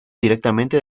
directamente